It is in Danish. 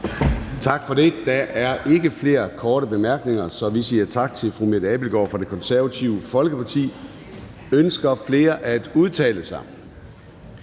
Gade): Der er ikke flere korte bemærkninger, så vi siger tak til fru Mette Abildgaard fra Det Konservative Folkeparti. Ønsker flere at udtale sig?